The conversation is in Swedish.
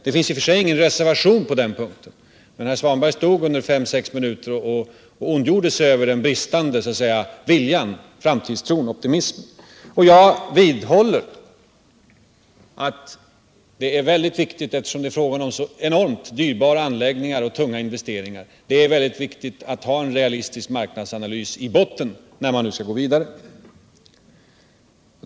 Det finns i och för sig ingen reservation på den punkten, men herr Svanberg ondgjorde sig under fem sex minuter över den bristande viljan, framtidstron och optimismen. Jag vidhåller att det är väldigt viktigt, eftersom det är fråga om så enormt dyrbara anläggningar och tunga investeringar, att ha en realistisk marknadsanalys i botten när man nu går vidare.